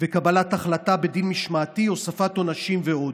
וקבלת החלטה בדין משמעתי, הוספת עונשים ועוד.